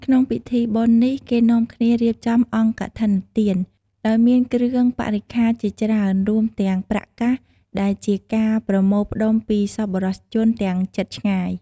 ក្នុងពិធីបុណ្យនេះ គេនាំគ្នារៀបចំអង្គកឋិនទាន ដោយមានគ្រឿងបរិក្ខារជាច្រើន រួមទាំងប្រាក់កាស ដែលជាការប្រមូលផ្ដុំពីសប្បុរសជនទាំងជិតឆ្ងាយ។